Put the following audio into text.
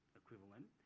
equivalent